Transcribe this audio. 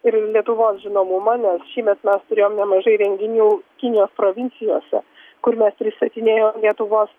ir lietuvos žinomumą nes šįmet mes turėjom nemažai renginių kinijos provincijose kur mes pristatinėjom lietuvos